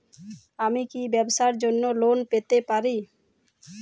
আমি কি ব্যবসার জন্য লোন পেতে পারি?